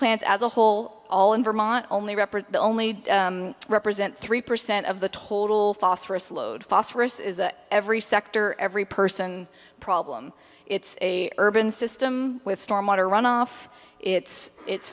implants as a whole all in vermont only represent only represent three percent of the total phosphorus load phosphorus is every sector every person problem it's a urban system with storm water runoff it's it's